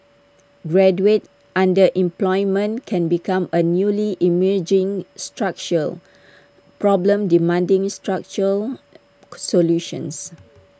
graduate underemployment can become A newly emerging structural problem demanding structural solutions